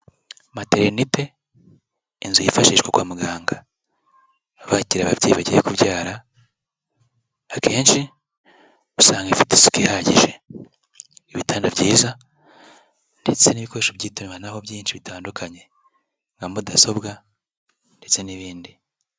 Materinete, inzu yifashishwa kwa muganga bakira ababyeyi bagiye kubyara, akenshi usanga ifite isuku ihagije, ibitanda byiza ndetse n'ibikoresho by'itumanaho byinshi bitandukanye nka mudasobwa ndetse n'ibindi.